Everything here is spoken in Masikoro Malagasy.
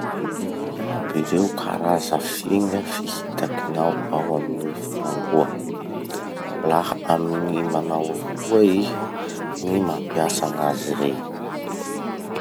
Ino iaby ireo karaza finga fihitakinao ao amy ny fahandroa? Laha amy gny manao ahoa iha ny mampiasa azy rey?